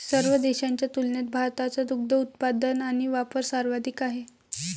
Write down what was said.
सर्व देशांच्या तुलनेत भारताचा दुग्ध उत्पादन आणि वापर सर्वाधिक आहे